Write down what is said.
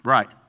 Right